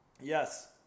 Yes